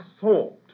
thought